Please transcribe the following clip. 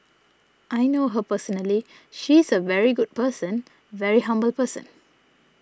I know her personally she is a very good person very humble person